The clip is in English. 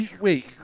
wait